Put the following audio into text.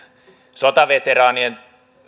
sotaveteraanien